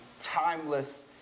timeless